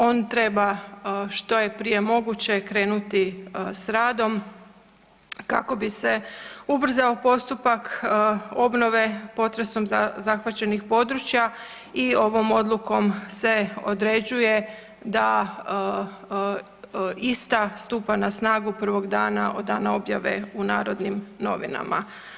On treba što je prije moguće krenuti s radom kako bi se ubrzao postupak obnove potresom zahvaćenih područja i ovom odlukom se određuje da ista stupa na snagu prvog dana od dana objave u Narodnim novinama.